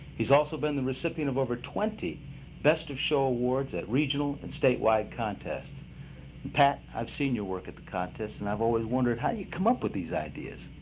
he's also been the recipient of over twenty best of show awards at regional and statewide contests. and pat, i've seen your work at the contest and i've always wondered how you come up with these ideas.